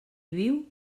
viu